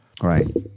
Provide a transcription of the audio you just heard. Right